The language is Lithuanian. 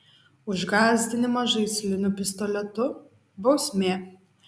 už gąsdinimą žaisliniu pistoletu bausmė